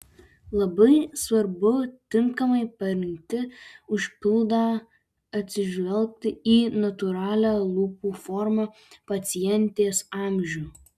labai svarbu tinkamai parinkti užpildą atsižvelgti į natūralią lūpų formą pacientės amžių